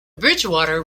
bridgewater